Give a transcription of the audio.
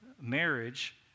marriage